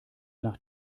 nach